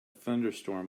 thunderstorm